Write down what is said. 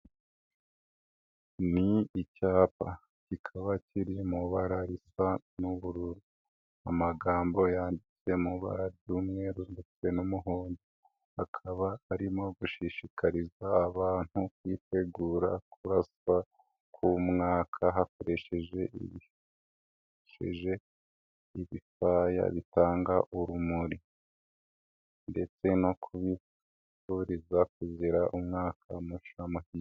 Ni icyapa, kikaba kiri mu ibara risa n'ubururu, amagambo yanditse mu bara ry'umweru ndetse n'umuhondo, akaba arimo gushishikariza abantu kwitegura kuraswa ku mwaka hakoreshejwe ibifaya bitanga urumuri ndetse no kubifuriza kugira umwaka mushya muhire.